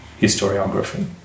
historiography